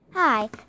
Hi